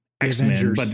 X-Men